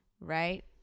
right